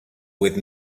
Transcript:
with